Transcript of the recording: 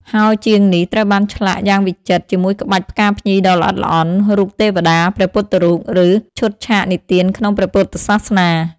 ហោជាងនេះ ត្រូវបានឆ្លាក់យ៉ាងវិចិត្រជាមួយក្បាច់ផ្កាភ្ញីដ៏ល្អិតល្អន់ រូបទេវតា ព្រះពុទ្ធរូប ឬឈុតឆាកនិទានក្នុងព្រះពុទ្ធសាសនា។